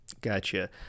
Gotcha